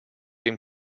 dem